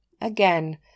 again